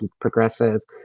progresses